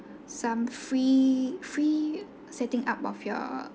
some free free setting up of your